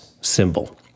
symbol